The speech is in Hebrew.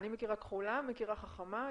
אני מכירה כחולה, מכירה חכמה.